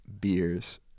beers